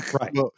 Right